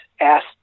asked